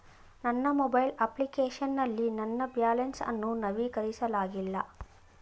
ನನ್ನ mobile application ನಲ್ಲಿ ನನ್ನ ಬ್ಯಾಲೆನ್ಸ್ ಅನ್ನು ನವೀಕರಿಸಲಾಗಿಲ್ಲ